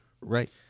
Right